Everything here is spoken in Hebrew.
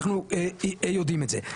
אנחנו יודעים את זה.